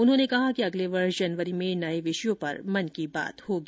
उन्होंने कहा कि अगले वर्ष जनवरी में नये विषयों पर मन की बात होगी